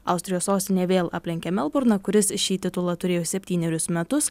austrijos sostinė vėl aplenkė melburną kuris šį titulą turėjo septynerius metus